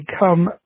become